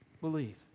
believe